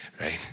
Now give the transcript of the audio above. right